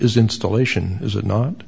is installation is it not